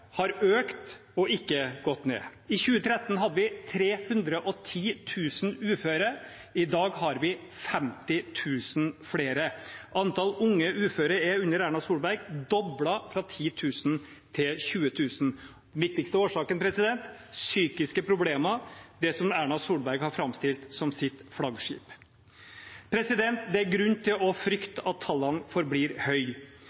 har økt og ikke gått ned. I 2013 hadde vi 310 000 uføre. I dag har vi 50 000 flere. Antallet unge uføre er under Erna Solberg doblet, fra 10 000 til 20 000. Den viktigste årsaken er psykiske problemer. Det er en sak Erna Solberg har framstilt som sitt flaggskip. Det er grunn til å frykte at tallene forblir høye.